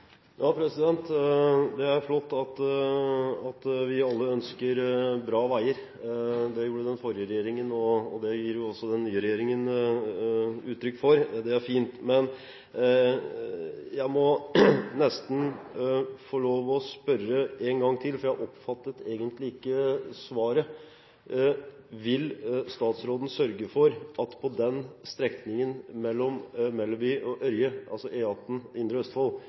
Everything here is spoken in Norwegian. Det er flott at vi alle ønsker bra veier. Det gjorde den forrige regjeringen, og det samme gir den nye regjeringen uttrykk for. Det er fint. Men jeg må nesten få lov til å spørre en gang til, for jeg oppfattet egentlig ikke svaret: Vil statsråden sørge for at det for strekningen